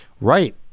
Right